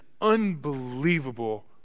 unbelievable